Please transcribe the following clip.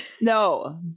No